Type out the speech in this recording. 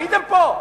הייתם פה?